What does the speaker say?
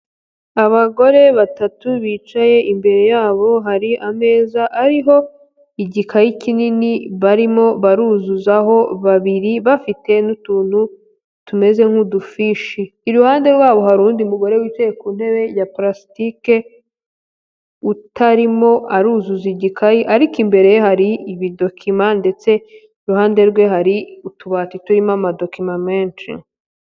Abagore batatu, bicaye imbere yabo hari ameza ariho, igikayi kinini barimo baruzuzaho babiri bafite n'utuntu tumeze nk'udufishi, iruhande rwabo harindi mugore wicaye ku ntebe ya palasitike, utarimo aruzuza igikayi ,ariko imbere ye hari ibidokima ,ndetse iruhande rwe hari utubati turimo amadokima menshi.